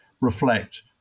reflect